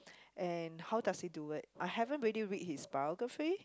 and how does he do it I haven't really read his biography